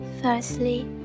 Firstly